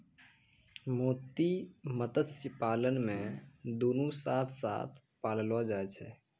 मोती मत्स्य पालन मे दुनु साथ साथ पाललो जाय छै